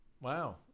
wow